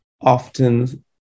often